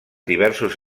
diversos